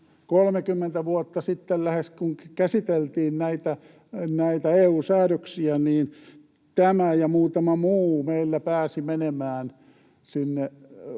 30 vuotta sitten, kun käsiteltiin näitä EU-säädöksiä, tämä ja muutama muu meillä pääsi menemään sinne